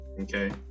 okay